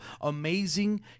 amazing